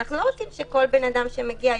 ואנחנו לא רוצים שכל אדם שיבוא-